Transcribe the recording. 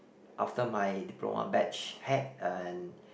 after my diploma batch had an